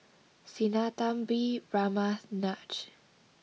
Sinnathamby Ramnath Raj